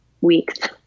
weeks